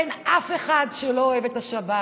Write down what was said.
אין אף אחד שלא אוהב את השבת.